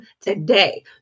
today